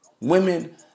Women